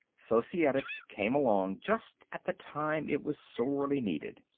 societics came along just at the time it was sorely needed.